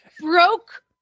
broke